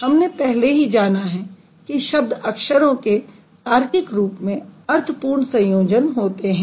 हमने पहले ही जाना है कि शब्द अक्षरों के तार्किक रूप में अर्थपूर्ण संयोजन होते हैं